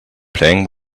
playing